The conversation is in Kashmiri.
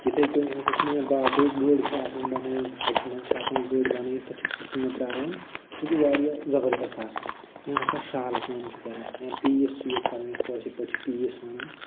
یِتھٕے کٔنۍ ہسا چھِ یِم باقٕے گٔر چھ آسان بَنٲوِتھ ہَچہِ منٛز چھِ آسان گٔر بَنٲوِتھ تَتہِ چھِ سٕژنہِ ترٛاوان سُہ چھُ واریاہ زَبردست آسان یا سۅ شالہٕ کٲم چھِ کَران یا پیٖس چھِ ییٚتہِ کَران یَتھ کٲشِرۍ پٲٹھۍ چھِ پیٖس وَنان